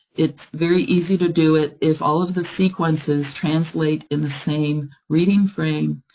it's very easy to do it, if all of the sequences translate in the same reading frame,